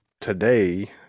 today